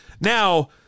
Now